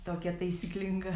tokia taisyklinga